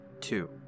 two